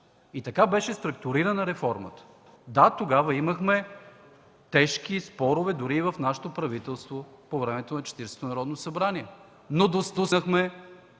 И така беше структурирана реформата. Да, тогава имахме тежки спорове, дори и в нашето правителство – по времето на Четиридесетото Народно събрание, но достигнахме